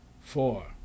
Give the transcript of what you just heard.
Four